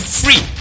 free